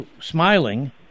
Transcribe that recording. smiling